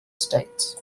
states